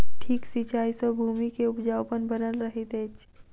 ठीक सिचाई सॅ भूमि के उपजाऊपन बनल रहैत अछि